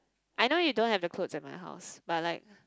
I know you don't have the clothes at my house but like